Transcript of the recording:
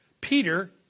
Peter